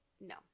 No